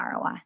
ROI